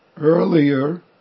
Earlier